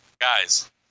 guys